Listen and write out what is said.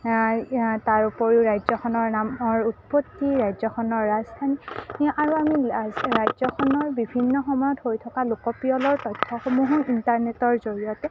তাৰ উপৰিও ৰাজ্যখনৰ নামৰ উৎপত্তি ৰাজ্যখনৰ ৰাজধানী আৰু আমি ৰাজ্যখনৰ বিভিন্ন সময়ত হৈ তথা লোকপিয়লৰ তথ্যসমূহো ইণ্টাৰনেটৰ জৰিয়তে